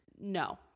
no